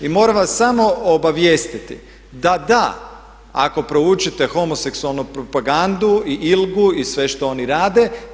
I moram vas samo obavijestiti da da, ako proučite homoseksualnu propagandu i Ilgu i sve što oni rade.